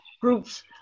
groups